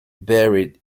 buried